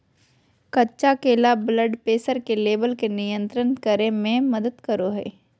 कच्चा केला blood pressure के लेवल के नियंत्रित करय में मदद करो हइ